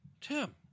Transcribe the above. Tim